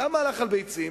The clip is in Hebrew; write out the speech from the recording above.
למה הלך על ביצים?